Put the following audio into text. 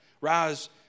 rise